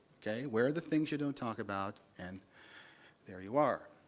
ok, where are the things you don't talk about, and there you are.